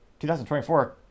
2024